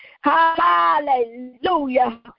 Hallelujah